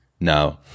No